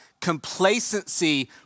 complacency